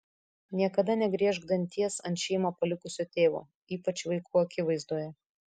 niekada negriežk danties ant šeimą palikusio tėvo ypač vaikų akivaizdoje